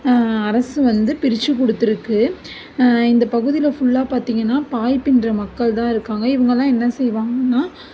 அரசு வந்து பிரிச்சு கொடுத்துருக்கு இந்த பகுதியில ஃபுல்லா பார்த்திங்கன்னா பாய் பின்னுற மக்கள் தான் இருக்காங்கள் இவங்கெல்லாம் என்ன செய்வாங்கன்னால்